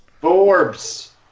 Forbes